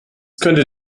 könnte